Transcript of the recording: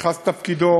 כשנכנס לתפקידו